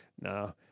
No